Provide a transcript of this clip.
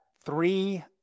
three